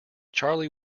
charley